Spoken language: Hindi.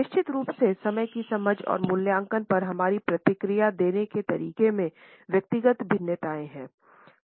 निश्चित रूप से समय की समझ और मूल्यांकन पर हमारी प्रतिक्रिया देने के तरीके में व्यक्तिगत भिन्नताएं हैं